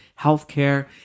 healthcare